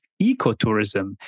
ecotourism